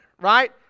right